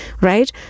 right